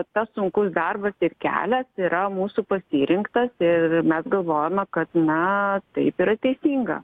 tas sunkus darbas ir kelias yra mūsų pasirinktas ir mes galvojame kad na taip yra teisinga